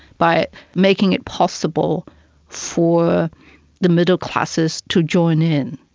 by making it possible for the middle classes to join in.